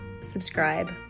subscribe